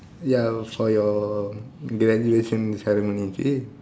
ya for your graduation ceremony you see